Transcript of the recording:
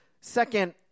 Second